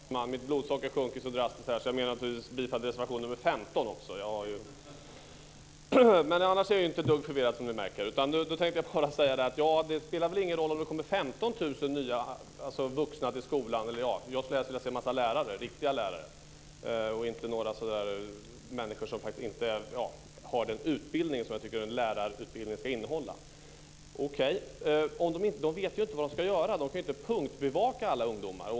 Fru talman! Mitt blodsocker sjönk så drastiskt att jag yrkade bifall till fel reservation. Det är nr 15 det gäller. Men annars är jag inte ett dugg förvirrad, som ni märker. Jag tänkte säga att det inte spelar någon roll om det kommer 15 000 nya vuxna till skolan. Jag skulle helst vilja se en massa riktiga lärare och inte människor som inte har den utbildning som jag tycker att en lärare ska ha. De vet ju inte vad de ska göra. De kan inte punktbevaka alla ungdomar.